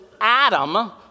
Adam